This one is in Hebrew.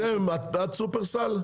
את שופרסל?